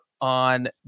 on